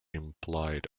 implied